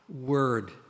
word